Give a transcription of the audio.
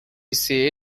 say